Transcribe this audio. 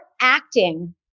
acting